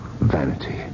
Vanity